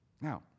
Now